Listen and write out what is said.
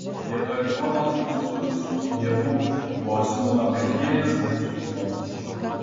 vietoj duonos mūsų visų dienų buvo siūloma kasdienės mūsų duonos